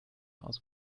aus